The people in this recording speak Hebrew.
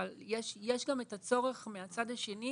אבל יש גם את הצורך מהצד השני